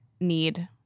Need